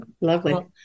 Lovely